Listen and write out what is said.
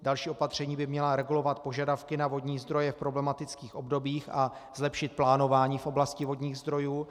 Další opatření by mělo regulovat požadavky na vodní zdroje v problematických obdobích a zlepšit plánování v oblasti vodních zdrojů.